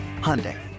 Hyundai